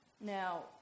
Now